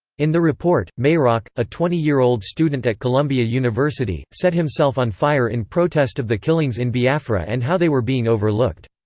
in the report, mayrock, a twenty year old student at columbia university, set himself on fire in protest of the killings in biafra and how they were being overlooked.